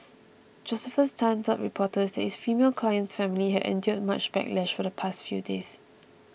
Josephus Tan told reporters that his female client's family had endured much backlash for the past few days